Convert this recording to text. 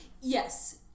yes